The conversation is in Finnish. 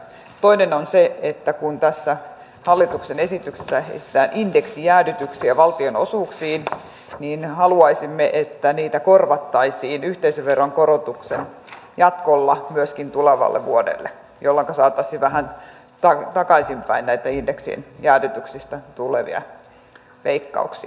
toinen on se että kun tässä hallituksen esityksessä esitetään indeksijäädytyksiä valtionosuuksiin niin haluaisimme että niitä korvattaisiin yhteisöveron korotuksen jatkolla myöskin tulevalle vuodelle jolloinka saataisiin vähän takaisinpäin näitä indeksijäädytyksistä tulevia leikkauksia